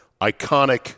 iconic